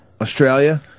Australia